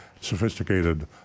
sophisticated